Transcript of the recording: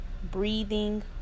breathing